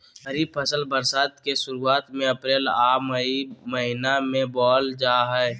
खरीफ फसल बरसात के शुरुआत में अप्रैल आ मई महीना में बोअल जा हइ